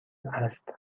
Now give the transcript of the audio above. است